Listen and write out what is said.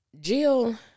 Jill